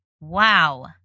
wow